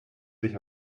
sich